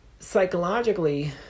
psychologically